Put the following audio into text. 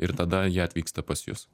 ir tada jie atvyksta pas jus